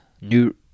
new